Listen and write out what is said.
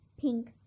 pink